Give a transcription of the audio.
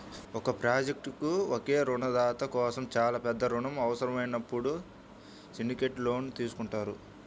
ఒక ప్రాజెక్ట్కు ఒకే రుణదాత కోసం చాలా పెద్ద రుణం అవసరమైనప్పుడు సిండికేట్ లోన్ తీసుకుంటారు